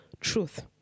truth